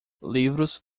livros